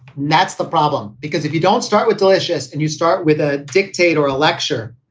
that's the problem. because if you don't start with delicious and you start with a dictator or a lecture,